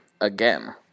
again